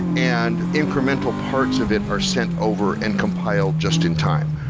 and incremental parts of it are sent over and compiled just in time.